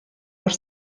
mor